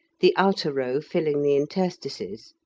the outer row filling the interstices,